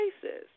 places